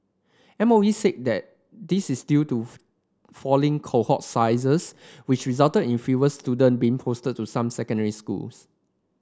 M O E said that this is due to falling cohort sizes which resulted in fewer student being posted to some secondary schools